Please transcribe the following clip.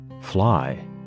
fly